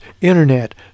Internet